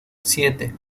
siete